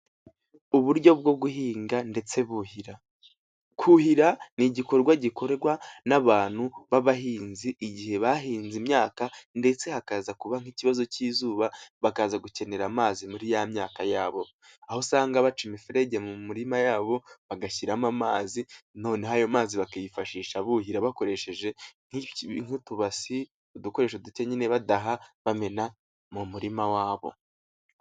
Uburyo bwo guhinga ndetse buhira. Kuhira ni igikorwa gikorwa n'abantu b'abahinzi igihe bahinze imyaka ndetse hakaza kuba nk'ikibazo cy'izuba bakaza gukenera amazi muri ya myaka yabo, aho usanga baca imiferege mu mirima yabo, bagashyiramo amazi noneho ayo mazi bakiyifashisha buhira bakoresheje nk'utubasi, udukoresho duke nyine badaha bamena mu murima wabo.